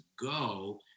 go